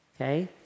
Okay